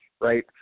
right